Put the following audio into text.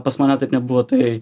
pas mane taip nebuvo tai